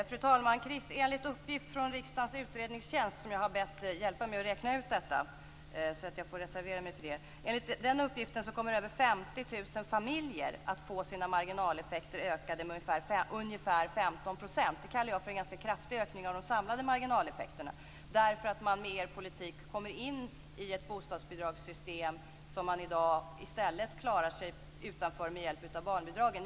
Fru talman! Enligt uppgift från riksdagens utredningstjänst som jag har bett hjälpa mig att räkna ut detta - jag får reservera mig för det - kommer över 50 000 familjer att få ökade marginaleffekter med ungefär 15 %. Det kallar jag för en ganska kraftig ökning av de samlade marginaleffekterna, därför att man med er politik kommer in i ett bostadsbidragssystem som man i dag i stället klarar sig utanför med hjälp av barnbidragen.